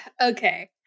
Okay